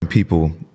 people